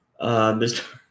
Mr